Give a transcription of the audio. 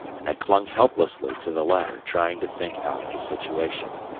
and i clung helplessly to the ladder trying to think out the situation.